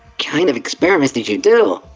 kind of experiments did you do!